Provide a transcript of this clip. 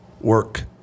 work